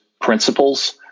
principles